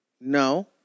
no